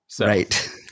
Right